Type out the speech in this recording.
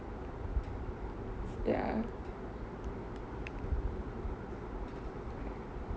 ya